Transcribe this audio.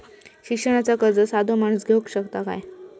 शिक्षणाचा कर्ज साधो माणूस घेऊ शकता काय?